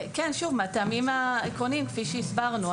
כן, מהטעמים העקרוניים כפי שהסברנו.